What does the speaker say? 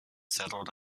settled